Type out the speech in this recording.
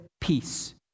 peace